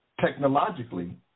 technologically